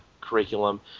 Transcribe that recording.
curriculum